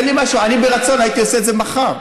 אני ברצון הייתי עושה את זה מחר,